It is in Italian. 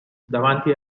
davanti